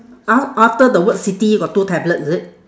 !huh! after the word city got two tablet is it